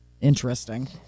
interesting